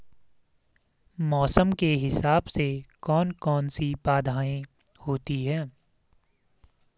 मौसम के हिसाब से कौन कौन सी बाधाएं होती हैं?